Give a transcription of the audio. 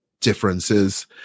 differences